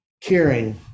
Caring